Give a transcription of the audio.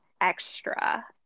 extra